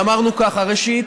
ואמרנו ככה: ראשית,